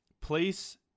Place